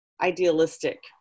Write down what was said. idealistic